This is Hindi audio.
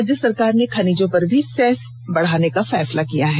राज्य सरकार ने खनिजों पर भी सेस बढाने का फैसला लिया है